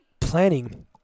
planning